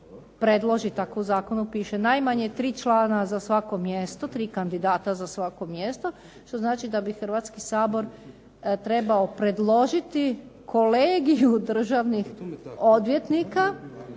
predloži tako u zakonu piše najmanje tri člana za svako mjesto, tri kandidata za svako mjesto što znači da bi Hrvatski sabor trebao predložiti Kolegiju državnih odvjetnika